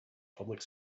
public